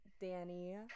Danny